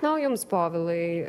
na o jums povilai